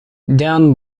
down